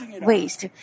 waste